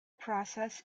process